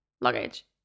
luggage